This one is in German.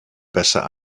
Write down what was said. besser